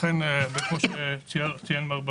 אכן כמו שציין מר ברדוגו,